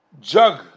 jug